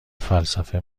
فلسفه